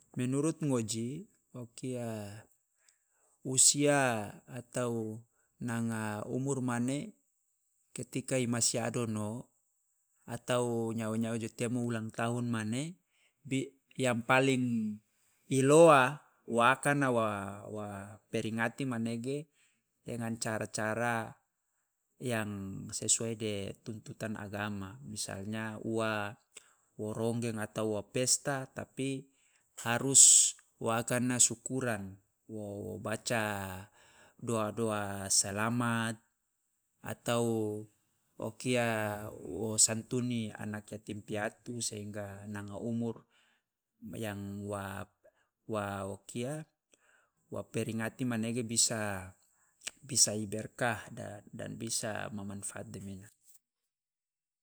Menurut ngoji, o kia usia atau nanga umur mane ketika i masi adono atau nyawa nyawa jo temo ulang tahun mane, yang paling i loa wa akana wa peringati manege dengan cara cara yang sesuai de tuntutan agama, misalnya ua wo ronggeng atau wo pesta tapi harus wa akana syukuran, wo baca do'a- do'a salamat atau wo kia wo santuni anak yatim piatu sehingga nanga umur yang wa o kia wa peringati manege bisa, bisa i berkah dan dan bisa ma manfaat demena.